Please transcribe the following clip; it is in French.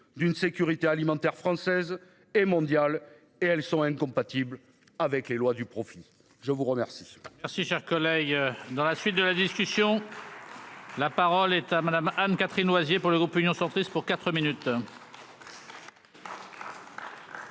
d'une sécurité alimentaire française et mondiale et elle sont incompatibles avec les lois du profit. Je vous remercie. Merci cher collègue. Dans la suite de la discussion. La parole est à Madame. Anne-Catherine Loisier pour le groupe Union centriste pour 4 minutes. Merci monsieur